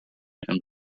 and